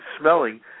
smelling